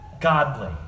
godly